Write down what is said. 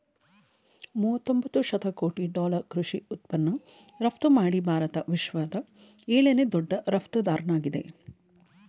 ಮೂವತೊಂಬತ್ತು ಶತಕೋಟಿ ಡಾಲರ್ ಕೃಷಿ ಉತ್ಪನ್ನ ರಫ್ತುಮಾಡಿ ಭಾರತ ವಿಶ್ವದ ಏಳನೇ ದೊಡ್ಡ ರಫ್ತುದಾರ್ನಾಗಿದೆ